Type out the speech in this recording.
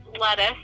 lettuce